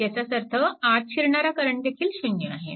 ह्याचाच अर्थ आत शिरणारा करंट देखील 0 आहे